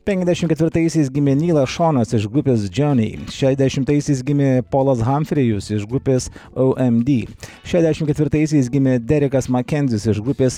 penkiasdešimt ketvirtaisiais gimė nylas šonas iš grupės džioni šešiasdešimtaisiais gimė polas hamfrėjus iš grupės ou em di šešiasdešimt ketvirtaisiais gimė derikas makenzis iš grupės